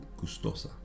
gustosa